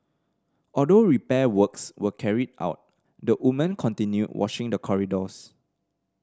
although repair works were carried out the woman continued washing the corridors